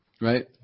Right